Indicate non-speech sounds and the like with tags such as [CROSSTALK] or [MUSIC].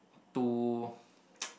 too [BREATH] [NOISE]